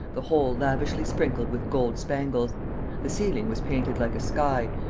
the whole lavishly sprinkled with gold spangles the ceiling was painted like a sky,